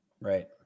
Right